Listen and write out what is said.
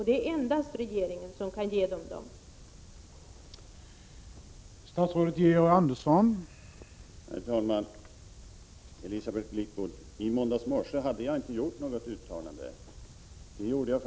Det är endast regeringen som kan ge invandrarverket sådana.